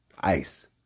Ice